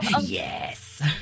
yes